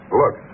look